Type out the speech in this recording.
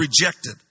rejected